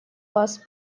вас